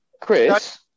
Chris